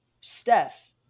Steph